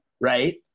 Right